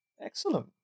Excellent